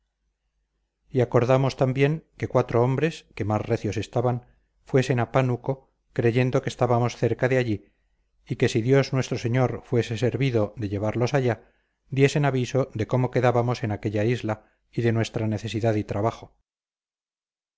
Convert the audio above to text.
y acordamos también que cuatro hombres que más recios estaban fuesen a pánuco creyendo que estábamos cerca de allí y que si dios nuestro señor fuese servido de llevarlos allá diesen aviso de cómo quedábamos en aquella isla y de nuestra necesidad y trabajo